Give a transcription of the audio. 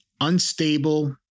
unstable